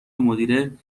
مدیره